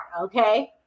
okay